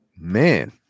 man